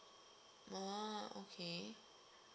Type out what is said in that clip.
ah okay